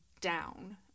down